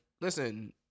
listen